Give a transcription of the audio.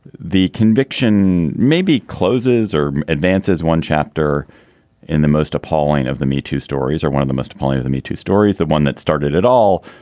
the conviction maybe closes or advances one chapter in the most appalling of the metoo stories or one of the most appalling of the metoo stories, the one that started it all.